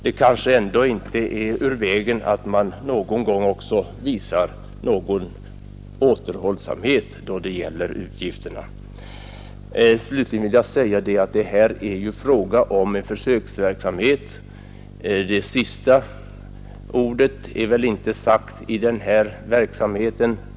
Det kanske ändå inte är ur vägen att man någon gång också visar någon återhållsamhet då det gäller utgifterna. Slutligen vill jag säga att det här är fråga om en försöksverksamhet. Det sista ordet är väl inte sagt beträffande den här verksamheten.